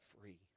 free